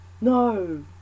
no